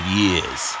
years